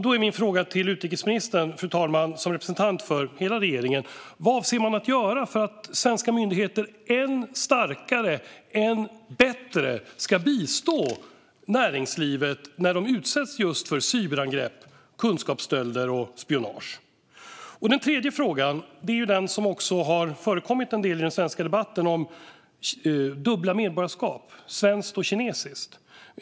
Då är min fråga till utrikesministern som representant för hela regeringen: Vad avser regeringen att göra för att svenska myndigheter än starkare och än bättre ska bistå näringslivet när man utsätts just för cyberangrepp, kunskapsstölder och spionage? Min tredje fråga gäller något som har förekommit en del i den svenska debatten, nämligen dubbla medborgarskap - svenskt och kinesiskt.